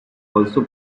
also